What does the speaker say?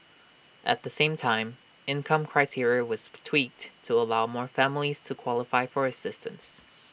at the same time income criteria was tweaked to allow more families to qualify for assistance